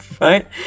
right